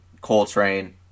Coltrane